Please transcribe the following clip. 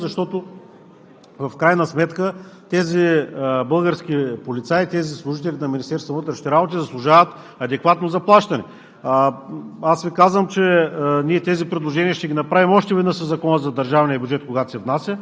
Аз пак съжалявам, че тук министъра го няма да изрази своето отношение, да каже какво е неговото виждане по тази тема, защото в крайна сметка тези български полицаи, тези служители на Министерството на вътрешните работи заслужават адекватно заплащане.